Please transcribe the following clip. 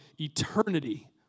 eternity